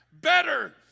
better